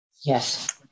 Yes